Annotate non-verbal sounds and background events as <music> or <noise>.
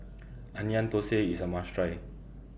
<noise> Onion Thosai IS A must Try